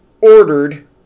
ordered